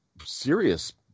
serious